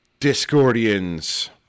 Discordians